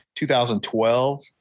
2012